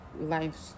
life